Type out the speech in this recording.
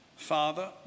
Father